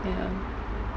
ya